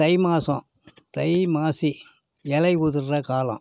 தை மாதம் தை மாசி இலை உதிர்கிற காலம்